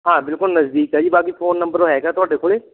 ਹਾਂ ਬਿਲਕੁਲ ਨਜ਼ਦੀਕ ਹੈ ਜੀ ਬਾਕੀ ਫੋਨ ਨੰਬਰ ਹੈਗਾ ਤੁਹਾਡੇ ਕੋਲ